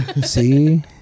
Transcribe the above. See